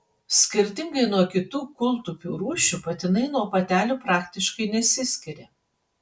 skirtingai nuo kitų kūltupių rūšių patinai nuo patelių praktiškai nesiskiria